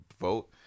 vote